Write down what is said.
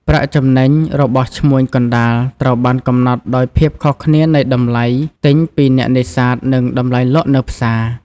ប្រាក់ចំណេញ របស់ឈ្មួញកណ្តាលត្រូវបានកំណត់ដោយភាពខុសគ្នានៃតម្លៃទិញពីអ្នកនេសាទនិងតម្លៃលក់នៅផ្សារ។